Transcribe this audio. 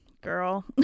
girl